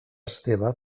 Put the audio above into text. esteve